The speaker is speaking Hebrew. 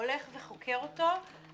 הולך וחוקר אותו.